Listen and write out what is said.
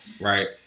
Right